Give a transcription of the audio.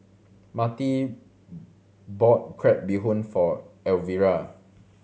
Mattie bought crab bee hoon for Elvira